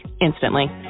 instantly